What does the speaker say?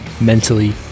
mentally